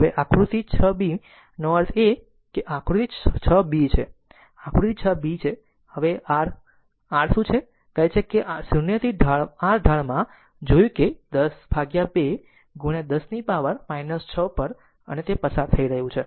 હવે આકૃતિ 6 b નો અર્થ એ કે આ આકૃતિ 6 b છે આ આકૃતિ 6 બી છે હવે આ r શું કહે છે કે 0 થી r ઢાળમાં જોયું કે 102 10 ને પાવર 6 પર અને તે પસાર થઈ રહ્યું છે